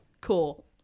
Cool